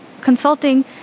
consulting